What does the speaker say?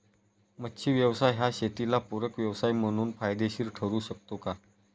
मच्छी व्यवसाय हा शेताला पूरक व्यवसाय म्हणून फायदेशीर ठरु शकतो का?